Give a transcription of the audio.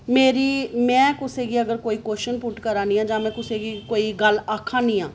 मेरी में कुसै गी अगर कोई क्वश्चन करानियां जां में कुसै गी कोई गल्ल आखानियां